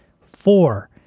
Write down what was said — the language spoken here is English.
Four